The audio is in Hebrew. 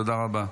תודה רבה.